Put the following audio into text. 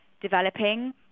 developing